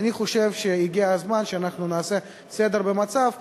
אז אני חושב שהגיע הזמן שאנחנו נעשה סדר במצב.